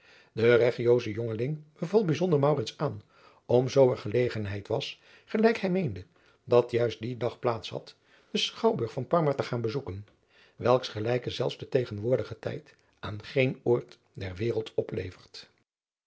de reggiosche jongeling beval bijzonder maurits aan om zoo er gelegenheid was gelijk hij meende dat juist dien dag plaats had den schouwburg van parma te gaan bezoeken welks gelijken zelfs de tegenwoordige tijd aan geen oord der wereld oplevert